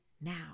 now